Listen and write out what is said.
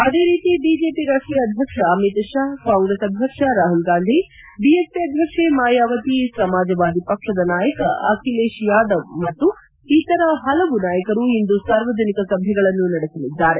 ಅದೇ ರೀತಿ ಬಿಜೆಪಿ ರಾಷ್ಷೀಯ ಅಧ್ಯಕ್ಷ ಅಮಿತ್ ಷಾ ಕಾಂಗ್ರೆಸ್ ಅಧ್ಯಕ್ಷ ರಾಹುಲ್ ಗಾಂಧಿ ಬಿಎಸ್ಪಿ ಅಧ್ಯಕ್ಷೆ ಮಾಯಾವತಿ ಸಮಾಜವಾದಿ ಪಕ್ಷದ ನಾಯಕ ಅಖಿಲೇಶ್ ಯಾದವ್ ಮತ್ತು ಇತರ ಪಲವು ನಾಯಕರು ಇಂದು ಸಾರ್ವಜನಿಕ ಸಭೆಗಳನ್ನು ನಡೆಸಲಿದ್ದಾರೆ